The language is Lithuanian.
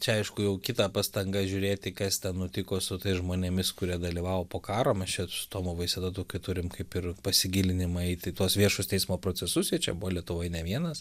čia aišku jau kita pastanga žiūrėti kas ten nutiko su tais žmonėmis kurie dalyvavo po karo mes čia su tomu vaiseta tokį turim kaip ir pasigilinimą eit į tuos viešus teismo procesus jie čia buvo lietuvoj ne vienas